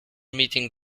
meeting